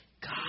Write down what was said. God